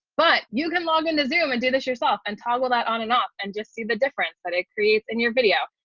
but you can log into zoom and do this yourself and toggle that on and off and just see the difference that it creates in your video.